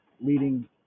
leading